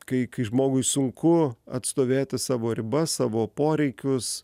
kai kai žmogui sunku atstovėti savo ribas savo poreikius